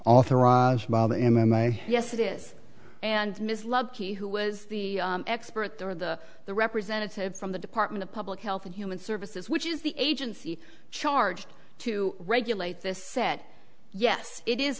authorized yes it is and ms lucky who was the expert there the the representative from the department of public health and human services which is the agency charged to regulate this said yes it is